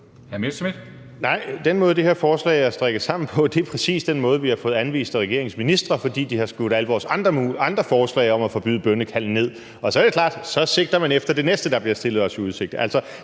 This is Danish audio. (DF): Den måde, det her forslag er strikket sammen på, er præcis den måde, vi har fået anvist af regeringens ministre, fordi de har skudt alle vores andre forslag om at forbyde bønnekald ned. Så er det klart, at så sigter man efter det næste, der bliver stillet os i udsigt.